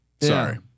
sorry